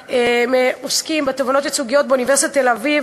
שעוסקים בתובענות ייצוגיות באוניברסיטת תל-אביב